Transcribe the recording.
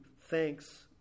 thanks